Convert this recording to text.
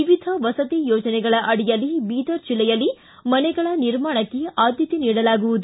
ವಿವಿಧ ವಸತಿ ಯೋಜನೆಗಳ ಅಡಿಯಲ್ಲಿ ಬೀದರ ಜಿಲ್ಲೆಯಲ್ಲಿ ಮನೆಗಳ ನಿರ್ಮಾಣಕ್ಕೆ ಆದ್ದತೆ ನೀಡಲಾಗುವುದು